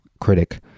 critic